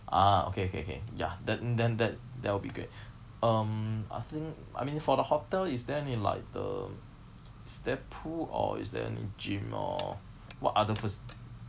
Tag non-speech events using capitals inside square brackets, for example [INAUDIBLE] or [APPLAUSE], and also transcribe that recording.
ah okay okay okay ya that then that that will be great [BREATH] um I think I mean for the hotel is there any like the is there pool or is there any gym or what other fac~